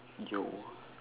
you